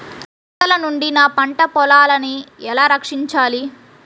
వరదల నుండి నా పంట పొలాలని ఎలా రక్షించాలి?